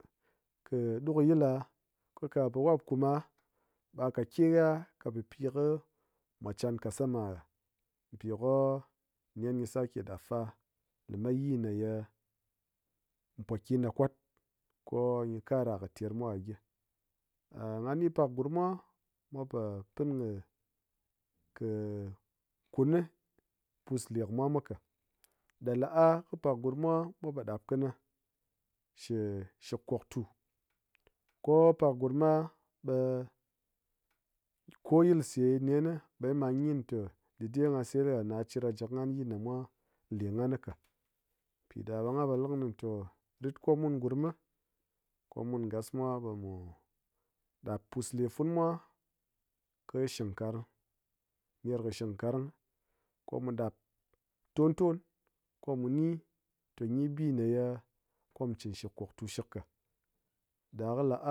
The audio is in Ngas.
Kɨ ɗukɨyil la ko kwa ha po wap kuum ma ɓe ha kat ke ha kɨ pipɨ ko mwa chan kassama ha pi ko-o nen gyi sake ɗap fa la mat yii ma ye pokɨ ɗa kwat ko gyi kara kɨ termwa ha gyi. ngha ni pakgurm mwa, mwa po pin kɨ kuni pus le kɨmwa mwa ka, ɗa la'a kɨ pak gurmmwa mwa po ɗap kini shik-shik kwaktu ko pakgurm mwa ɓe ko yilse nen ɓe ngyin te dide ngha sayil ha na ha chir ha ji kɨ nghan yii ma mwa le nghan ka, piɗa ɓe nghan polikini tɔ rit ko mun gurm mi ko mun ngas mwa ɓe mu ɗap pusle funu mwa kɨ shing karang ner kɨ shing karang ɓe mu ɗap ton ton ko mu ni te gyi bi me ye ko mu chin shik kwaktu shik ka ɗa kɨ la'a